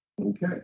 Okay